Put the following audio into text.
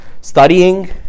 studying